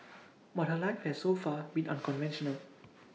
but her life has so far been unconventional